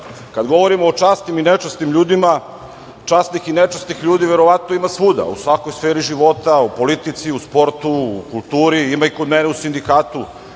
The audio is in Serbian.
govorimo o časnim i nečasnim ljudima, časnih i nečasnih ljudi verovatno ima svuda u svakoj sferi života, u politici, u sportu, u kulturi, imamo ih i kod mene u sindikatu,